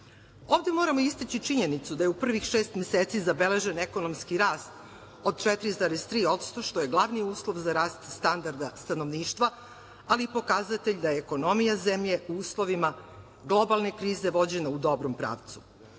moramo istaći činjenicu da je u prvih šest meseci zabeležen ekonomski rast od 4,3% što je glavni uslov za rasta standarda stanovništva, ali i pokazatelj da je ekonomija zemlje u uslovima globalne krize vođena u dobrom pravcu.